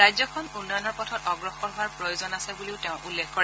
ৰাজ্যখন উন্নয়নৰ পথত অগ্ৰসৰ হোৱাৰ প্ৰয়োজন আছে বুলিও তেওঁ উল্লেখ কৰে